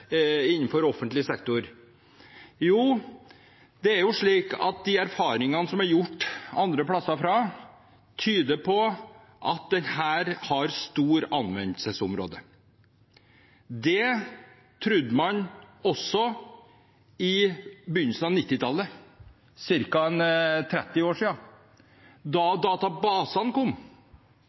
innenfor offentlig sektor. Jo, de erfaringene som er gjort andre plasser, tyder på at den har et stort anvendelsesområde her. Det trodde man også på begynnelsen av 1990-tallet, for ca. 30 år siden, da databasene kom.